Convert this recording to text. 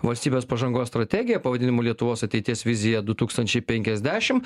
valstybės pažangos strategiją pavadinimu lietuvos ateities vizija du tūkstančiai penkiasdešimt